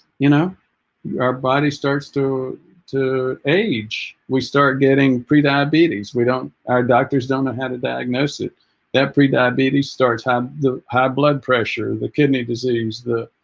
you know our body starts to to age we start getting prediabetes we don't our doctors don't know how to diagnosis that prediabetes starts how the high blood pressure the kidney disease the